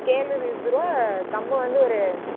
scale ஒரு இருபது ரூபா கம்மு வந்து ஒரு